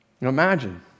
Imagine